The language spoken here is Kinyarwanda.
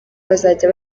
bazajya